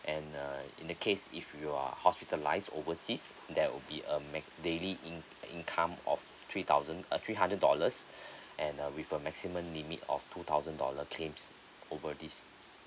and uh in the case if you are hospitalised overseas there will be a mac~ daily in~ income of three thousand uh three hundred dollars and uh with a maximum limit of two thousand dollar claims over this